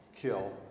kill